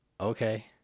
okay